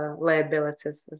liabilities